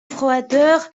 froideur